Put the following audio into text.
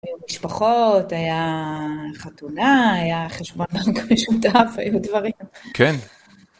היו משפחות, היה חתונה, היה חשבון בנק משותף, היו דברים. כן.